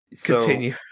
Continue